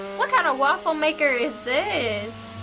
what kind of waffle maker is this?